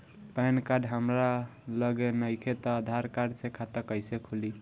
Pan card हमरा लगे नईखे त आधार कार्ड से खाता कैसे खुली?